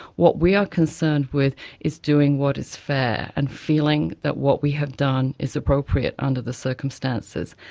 what we are concerned with is doing what is fair, and feeling that what we have done is appropriate under the circumstances.